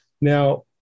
Now